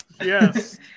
Yes